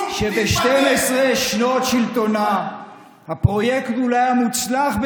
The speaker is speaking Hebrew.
כשאתה לא זוכר מי זה חיים מזרחי,